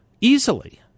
Easily